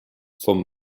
vom